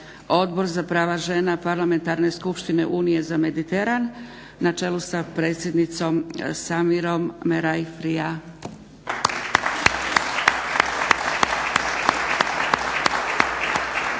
Odbor za prava žena Parlamentarne skupštine unije za Mediteran na čelu sa predsjednicom Samirom Merai-Friaae.